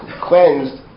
cleansed